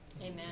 Amen